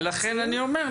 ולכן אני אומר,